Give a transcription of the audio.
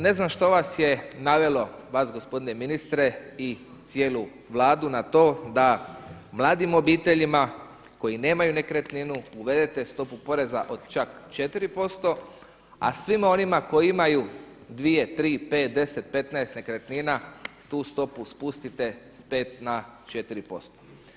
Ne znam što vas je navelo vas, gospodine ministre, i cijelu Vladu na to mladim obiteljima koji nemaju nekretninu uvedete stopu poreza od čak 4 posto, a svima onima koji imaju 2, 3, 5, 10, 15 nekretnina tu stopu spustite s 5 na 4 posto.